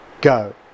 go